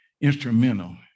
instrumental